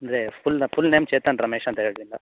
ಅಂದರೆ full full name Chetan Ramesh ಅಂತ ಹೇಳ್ಲಿಲ್ಲ